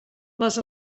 les